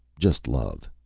just love.